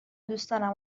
دوستانم